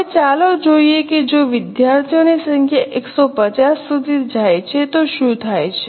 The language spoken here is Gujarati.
હવે ચાલો જોઈએ કે જો વિદ્યાર્થીઓની સંખ્યા 150 સુધી જાય તો શું થાય છે